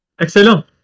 Excellent